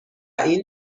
این